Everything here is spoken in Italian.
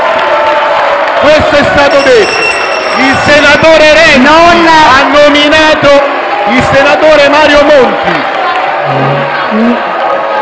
Questo è stato detto. Il senatore Renzi ha ricordato il senatore Mario Monti,